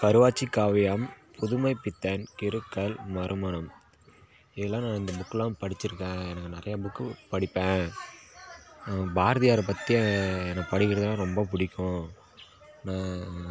கருவாச்சிக் காவியம் புதுமைப்பித்தன் கிறுக்கல் மறுமணம் இதெலாம் இந்த புக்கலாம் படித்திருக்கேன் எனக்கு நிறைய புக்கு படிப்பேன் பாரதியார் பற்றி எனக்கு படிக்கிறதுனா ரொம்ப பிடிக்கும் நான்